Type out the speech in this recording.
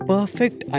Perfect